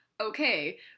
okay